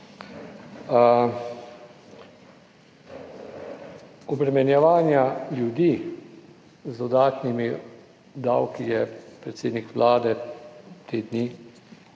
Obremenjevanja ljudi z dodatnimi davki je predsednik Vlade te dni,